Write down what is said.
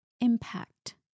impact